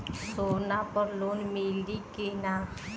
सोना पर लोन मिली की ना?